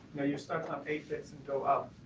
you start off eight bits and go up.